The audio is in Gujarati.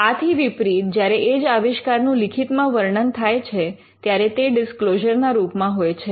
આથી વિપરીત જ્યારે એ જ આવિષ્કારનું લિખિતમાં વર્ણન થાય છે ત્યારે તે ડિસ્ક્લોઝર ના રૂપમાં હોય છે